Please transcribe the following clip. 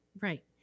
Right